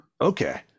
Okay